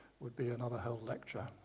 would be another whole lecture.